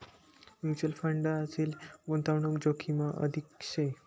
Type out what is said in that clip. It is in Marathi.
म्युच्युअल फंडमझारली गुताडणूक जोखिमना अधीन शे